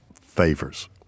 favors